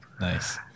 Nice